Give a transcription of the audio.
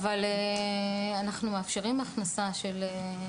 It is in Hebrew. אבל אנחנו מאפשרים הכנסה של ציורים.